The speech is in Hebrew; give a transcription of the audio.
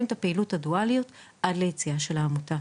את הפעילות הדואלית עד ליציאה של העמותה.